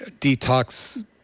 detox